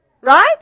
Right